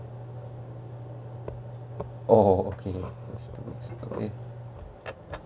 oh okay I see I see okay